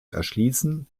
erschließen